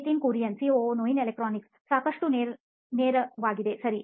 Nitin Kurian COO ನೋಯಿನ್ electronics ಸಾಕಷ್ಟು ನೇರಯಾಗಿದೆ ಸರಿ